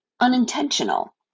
unintentional